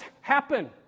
happen